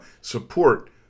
Support